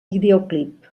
videoclip